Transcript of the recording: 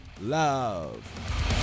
love